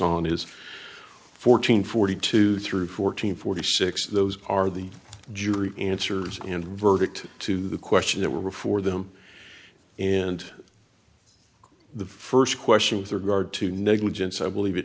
on is fourteen forty two through fourteen forty six those are the jury answers and verdict to the question that were before them and the first question with regard to negligence i believe it